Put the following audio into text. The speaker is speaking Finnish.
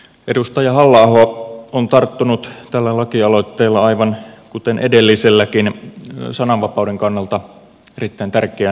edustaja halla aho on tarttunut tällä lakialoitteella aivan kuten edelliselläkin sananvapauden kannalta erittäin tärkeään asiaan